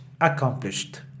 accomplished